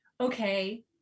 okay